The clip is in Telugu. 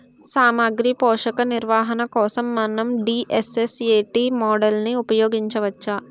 సామాగ్రి పోషక నిర్వహణ కోసం మనం డి.ఎస్.ఎస్.ఎ.టీ మోడల్ని ఉపయోగించవచ్చా?